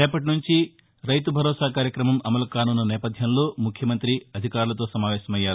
రేపటి నుంచి రైతు భరోసా కార్యక్రమం అమలుకానున్న నేపథ్యంలో ముఖ్యమంతి అధికారులతో సమావేశమయ్యారు